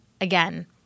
again